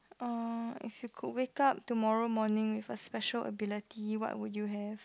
oh if you could wake up tomorrow morning with a special ability what would you have